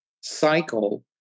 cycle